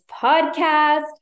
Podcast